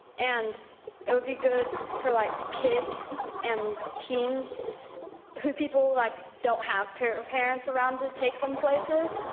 and it would be good for like kids and teens who people like don't have parents parents around to take them places.